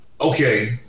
okay